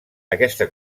aquesta